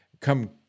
come